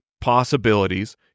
possibilities